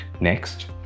Next